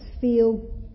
feel